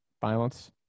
violence